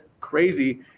crazy